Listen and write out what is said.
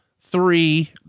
three